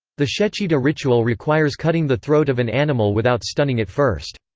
the shechita ritual requires cutting the throat of an animal without stunning it first.